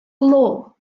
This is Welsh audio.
glo